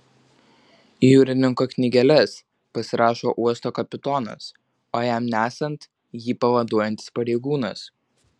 jūrininko knygeles pasirašo uosto kapitonas o jam nesant jį pavaduojantis pareigūnas